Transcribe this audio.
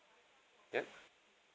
yup